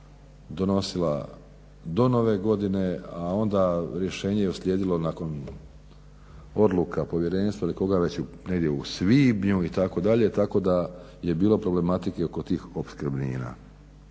donosila do Nove godine a onda rješenje je uslijedilo nakon odluka povjerenstva ili koga već negdje u svibnju itd.. Tako da je bilo problematike oko tih opskrbnina.